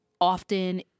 often